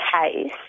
case